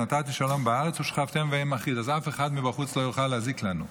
"נתתי שלום בארץ ושכבתם ואין מחריד" אף אחד מבחוץ לא יוכל להזיק לנו.